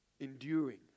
enduring